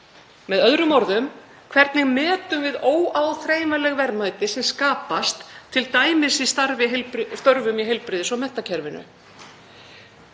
Með öðrum orðum, hvernig metum við óáþreifanleg verðmæti sem skapast t.d. í störfum í heilbrigðis- og menntakerfinu?